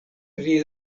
pri